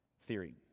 theory